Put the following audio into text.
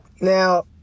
Now